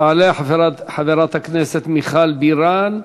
תעלה חברת הכנסת מיכל בירן,